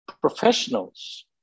professionals